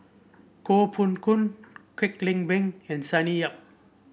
Koh Poh Koon Kwek Leng Beng and Sonny Yap